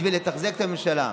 בשביל לתחזק את הממשלה.